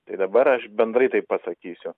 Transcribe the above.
tai dabar aš bendrai tai pasakysiu